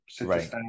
Right